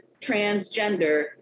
transgender